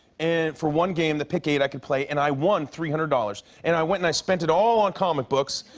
and for one game, the pick eight, i could play, and i won three hundred dollars, and i went and i spent it all on comic books,